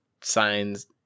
signs